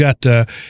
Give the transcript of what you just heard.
got